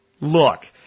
Look